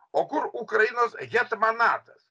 o kur ukrainos hetmanatas